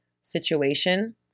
situation